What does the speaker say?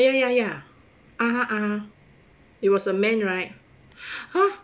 ya ya ya ah ha ah ha it was a man ah ha